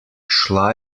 šla